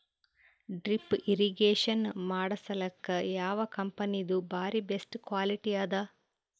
Drip irrigation ಮಾಡಸಲಕ್ಕ ಯಾವ ಕಂಪನಿದು ಬಾರಿ ಬೆಸ್ಟ್ ಕ್ವಾಲಿಟಿ ಅದ?